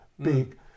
big